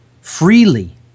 freely